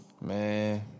Man